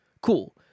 Cool